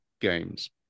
games